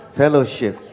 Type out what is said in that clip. fellowship